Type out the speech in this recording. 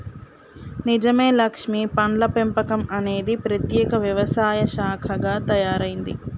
నిజమే లక్ష్మీ పండ్ల పెంపకం అనేది ప్రత్యేక వ్యవసాయ శాఖగా తయారైంది